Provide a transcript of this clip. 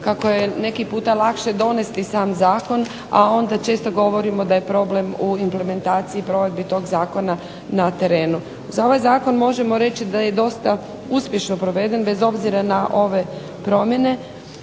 kako je neki puta lakše donijeti sam zakon, a onda često govorimo da je problem u implementaciji i provedbi toga zakona na terenu. Za ovaj zakon možemo reći da je dosta uspješno proveden bez obzira na ove promjene